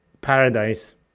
paradise